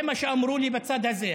זה מה שאמרו לי בצד הזה.